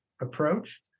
approach